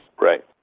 right